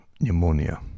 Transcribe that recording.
pneumonia